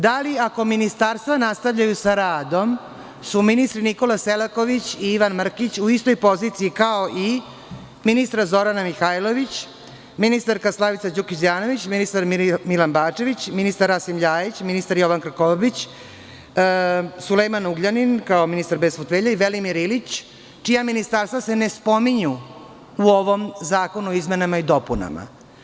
Da li, ako Ministarstva nastavljaju sa radom, su ministri Nikola Selaković i Ivan Mrkić u istoj poziciji kao i ministar Zorana Mihajlović, ministarka Slavica Đukić Dejanović, ministar Milan Bačević, ministar Rasim Ljajić, ministar Jovan Krkobabić, Sulejman Ugljanin kao ministar bez portfelja i ministar Velimir Ilić, čija ministarstva se ne spominju u ovom Zakonu o izmenama i dopunama?